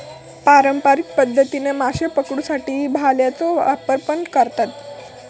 पारंपारिक पध्दतीन माशे पकडुसाठी भाल्याचो पण वापर करतत